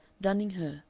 dunning her,